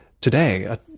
today